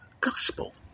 gospel